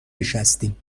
نشستیم